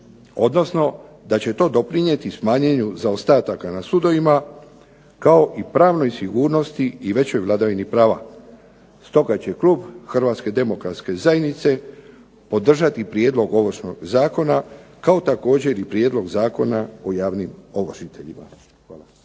odnosno da će to doprinijeti smanjenju zaostataka na sudovima, kao i pravnoj sigurnosti i većoj vladavini prava. Stoga će klub Hrvatske demokratske zajednice podržati Prijedlog ovršnog zakona, kao također i Prijedlog zakona o javnim ovršiteljima.